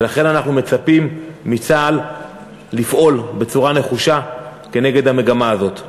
ולכן אנחנו מצפים מצה"ל לפעול בצורה נחושה כנגד המגמה הזאת.